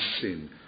sin